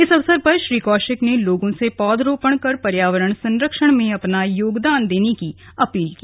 इस अवसर पर श्री कौशिक ने लोगों से पौधरोपण कर पर्यावरण संरक्षण में अपना योगदान करने की अपील की